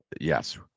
yes